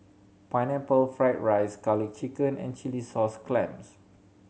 Pineapple Fried rice Garlic Chicken and chilli sauce clams